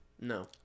No